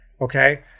okay